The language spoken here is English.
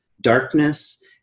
darkness